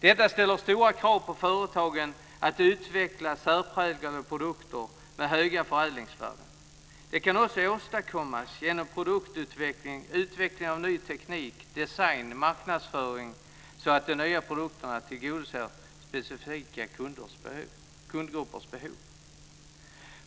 Detta ställer stora krav på företagen att utveckla särpräglade produkter med höga förädlingsvärden. Det kan också åstadkommas genom produktutveckling och utveckling av ny teknik, design och marknadsföring så att de nya produkterna tillgodoser specifika kundgruppers behov.